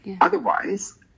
Otherwise